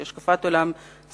שהיא השקפת עולם סוציאל-דמוקרטית,